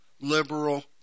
liberal